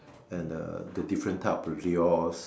and the the different type of lures